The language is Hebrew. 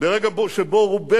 ברגע שבו קוראים תיגר על עצם קיומנו,